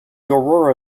aurora